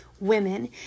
women